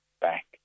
back